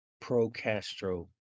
pro-castro